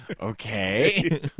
Okay